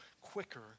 quicker